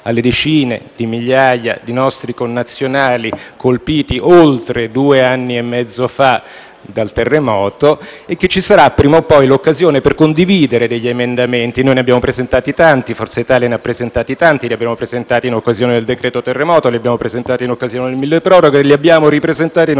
alle decine di migliaia di nostri connazionali colpiti, oltre due anni e mezzo fa, dal terremoto e che ci sarà prima o poi l'occasione per condividere degli emendamenti. Forza Italia ne ha presentati tanti: li abbiamo presentati in occasione del decreto terremoto, li abbiamo presentati in occasione del milleproroghe, li abbiamo ripresentati in